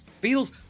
Feels